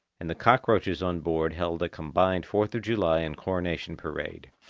and the cockroaches on board held a combined fourth of july and coronation parade.